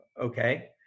okay